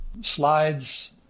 slides